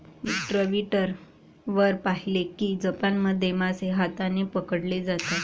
मी Twitter वर पाहिले की जपानमध्ये मासे हाताने पकडले जातात